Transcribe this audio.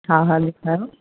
हा हा लिखायो